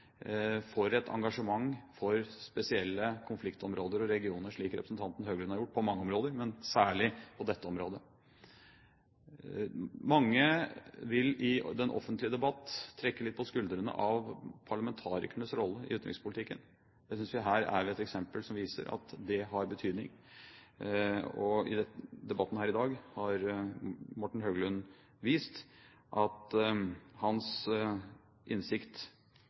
for et engasjement for spesielle konfliktområder og regioner, slik representanten Høglund har gjort på mange områder, men særlig på dette området. Mange vil i den offentlige debatt trekke litt på skuldrene av parlamentarikernes rolle i utenrikspolitikken. Jeg synes vi her er ved et eksempel som viser at det har betydning. I debatten her i dag har Morten Høglund vist at hans innsikt